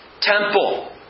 temple